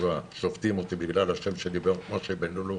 שופטים אותי בגלל השם שלי, משה בן לולו